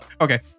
Okay